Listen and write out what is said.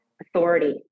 authority